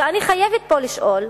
ופה אני חייבת לשאול: